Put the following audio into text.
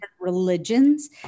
religions